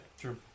True